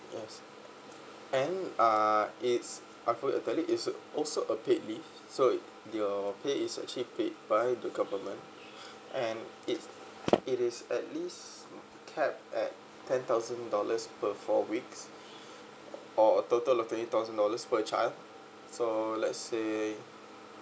yes and uh it's its also a paid leave so your pay is actually paid by the government and it it is at least tap at ten thousand dollars per for weeks or a total of twenty thousand dollars per child so let's say